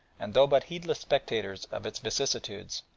and, though but heedless spectators of its vicissitudes,